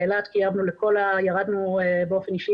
לאילת ירדנו באופן אישי,